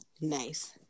Nice